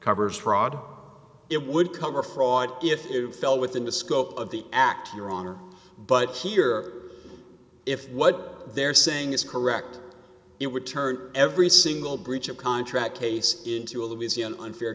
covers fraud it would cover fraud if you fell within the scope of the act you're wrong but here if what they're saying is correct it would turn every single breach of contract case into a louisiana unfair